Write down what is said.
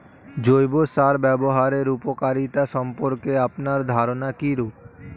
জৈব সার ব্যাবহারের উপকারিতা সম্পর্কে আপনার ধারনা কীরূপ?